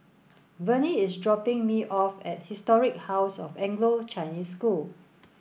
Verne is dropping me off at Historic House of Anglo Chinese School